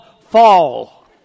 fall